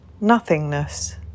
nothingness